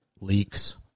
leaks